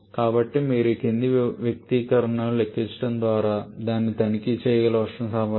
కాబట్టి మీరు ఈ క్రింది వ్యక్తీకరణను లెక్కించడం ద్వారా దాన్ని తనిఖీ చేయగల ఉష్ణ సామర్థ్యం